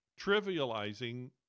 trivializing